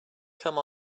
come